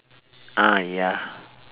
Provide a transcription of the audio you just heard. ah ya